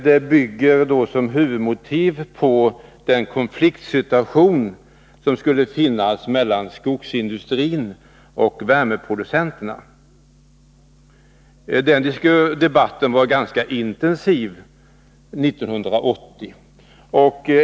Det bygger då huvudsakligen på den konflikt som skulle finnas mellan skogsindustrin och värmeproducenterna. Debatten om dessa var ganska intensiv 1980.